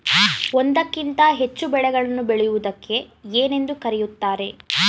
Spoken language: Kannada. ಒಂದಕ್ಕಿಂತ ಹೆಚ್ಚು ಬೆಳೆಗಳನ್ನು ಬೆಳೆಯುವುದಕ್ಕೆ ಏನೆಂದು ಕರೆಯುತ್ತಾರೆ?